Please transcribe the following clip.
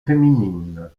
féminine